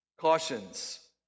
Cautions